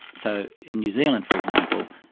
so in new zealand, for example,